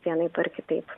vienaip ar kitaip